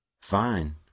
Fine